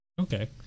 Okay